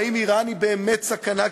האם איראן היא באמת סכנה קיומית,